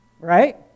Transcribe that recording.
right